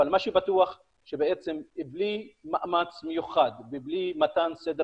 אבל מה שבטוח שבלי מאמץ מיוחד ובלי מתן סדר